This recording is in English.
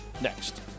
next